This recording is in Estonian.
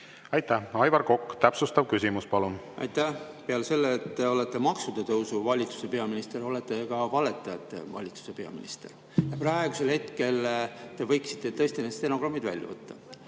Aitäh! Aivar Kokk, täpsustav küsimus, palun! Aitäh! Peale selle, et te olete maksude tõusu valitsuse peaminister, olete ka valetajate valitsuse peaminister. Te võiksite praegu tõesti need stenogrammid välja [otsida].